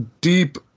deep